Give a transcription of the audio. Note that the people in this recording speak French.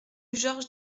georges